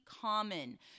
common